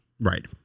Right